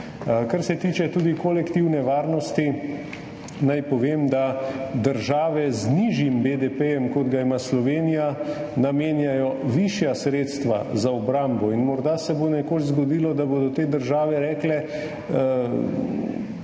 Kar se tiče tudi kolektivne varnosti, naj povem, da države z nižjim BDP, kot ga ima Slovenija, namenjajo višja sredstva za obrambo. Morda se bo nekoč zgodilo, da bodo te države rekle,